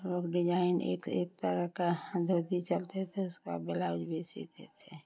लोग डिजाइन एक एक तरह का जो भी चलते थे उसका ब्लाउज भी सीते थे